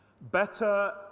better